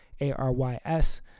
A-R-Y-S